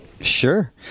Sure